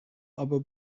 aber